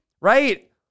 right